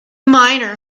miner